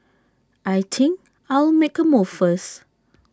I think I'll make A move first